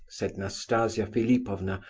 said nastasia philipovna,